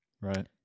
right